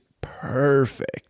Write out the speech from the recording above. perfect